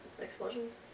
explosions